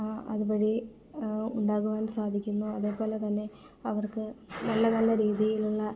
അതുവഴി ഉണ്ടാകുവാൻ സാധിക്കുന്നു അതേപോലെത്തന്നെ അവർക്ക് നല്ല നല്ല രീതിയിലുള്ള